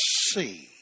see